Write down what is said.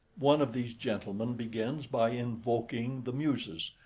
one of these gentlemen begins by invoking the muses,